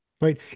Right